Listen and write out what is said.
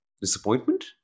disappointment